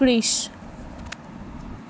কৃশ